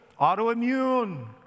autoimmune